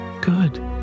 Good